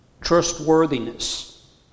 trustworthiness